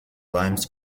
limes